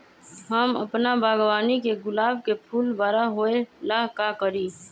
हम अपना बागवानी के गुलाब के फूल बारा होय ला का करी?